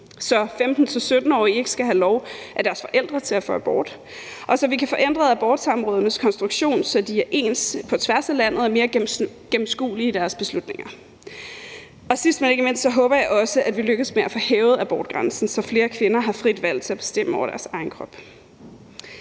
så 15-17-årige ikke skal have lov af deres forældre til at få abort, og så vi kan få ændret abortsamrådenes konstruktion, så de er ens på tværs af landet og mere gennemskuelige i deres beslutninger. Og sidst, men ikke mindst, håber jeg også, at vi lykkes med at få hævet abortgrænsen, så flere kvinder har frit valg til at bestemme over deres egen krop.